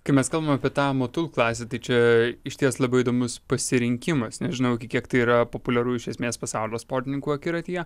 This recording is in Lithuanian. kai mes kalbam apie tą motul klasę tai čia išties labai įdomus pasirinkimas nežinau kiek tai yra populiaru iš esmės pasaulio sportininkų akiratyje